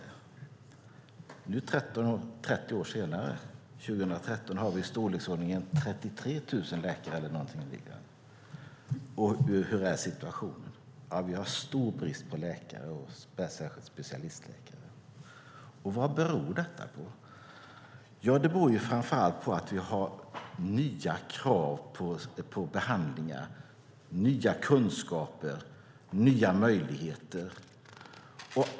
År 2013, 30 år senare, har vi ca 33 000 läkare. Och hur ser situationen ut? Vi har stor brist på läkare och särskilt på specialistläkare. Vad beror detta på? Det beror framför allt på att vi har nya krav på behandlingar, nya kunskaper och nya möjligheter.